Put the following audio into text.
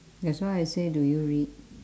that's why I say do you read